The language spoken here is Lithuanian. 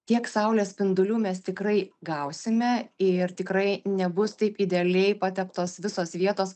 tiek saulės spindulių mes tikrai gausime ir tikrai nebus taip idealiai pateptos visos vietos